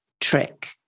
trick